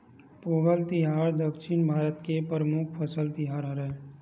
पोंगल तिहार दक्छिन भारत के परमुख फसल तिहार हरय